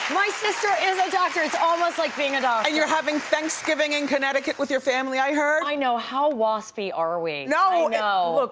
my sister is a doctor, it's almost like being a doctor. and you're having thanksgiving in connecticut with your family, i heard? i know, how wasp-y are are we? no, look,